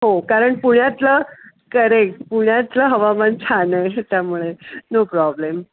हो कारण पुण्यातलं करेट पुण्यातलं हवामान छान आहे त्यामुळे नो प्रॉब्लेम